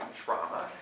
trauma